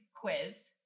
quiz